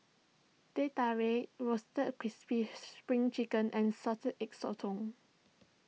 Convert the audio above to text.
Teh Tarik Roasted Crispy Spring Chicken and Salted Egg Sotong